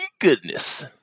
goodness